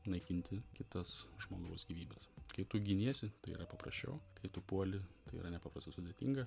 naikinti kitas žmogaus gyvybes kai tu giniesi tai yra paprasčiau kai tu puoli tai yra nepaprastai sudėtinga